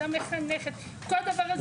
למחנכת כל דבר.